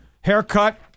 haircut